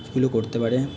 কাজগুলো করতে পারে